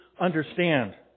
understand